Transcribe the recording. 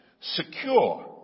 secure